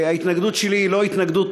ההתנגדות שלי היא לא התנגדות,